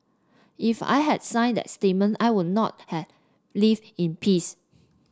if I had signed that statement I would not have lived in peace